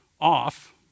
off